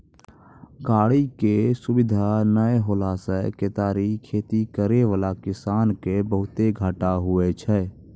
गाड़ी के सुविधा नै होला से केतारी खेती करै वाला किसान के बहुते घाटा हुवै छै